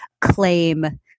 claim